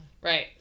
right